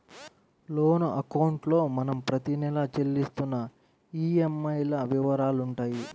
loan అకౌంట్లో మనం ప్రతి నెలా చెల్లిస్తున్న ఈఎంఐల వివరాలుంటాయి